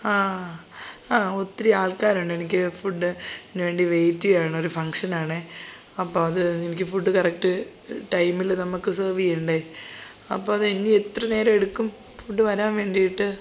ആ ആ ഒത്തിരി ആൾക്കാരുണ്ട് എനിക്ക് ഫുഡ് നുവേണ്ടി വെയിറ്റ് ചെയ്യുവാണ് ഒരു ഫംഗ്ഷൻ ആണേ അപ്പോൾ അത് എനിക്ക് ഫുഡ് കറക്റ്റ് ടൈമിൽ നമുക്ക് സെർവ് ചെയ്യേണ്ടേ അപ്പോൾ അത് എനി എത്ര നേരം എടുക്കും ഫുഡ് വരാൻ വേണ്ടിയിട്ട്